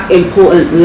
important